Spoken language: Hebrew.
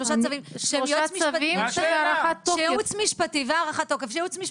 שלושה צווים של הארכת תוקף שהייעוץ המשפטי פעם הכינו,